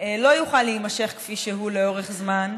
לא יוכל להימשך כפי שהוא לאורך זמן.